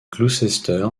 gloucester